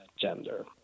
gender